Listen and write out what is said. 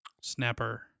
snapper